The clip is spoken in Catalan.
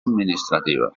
administrativa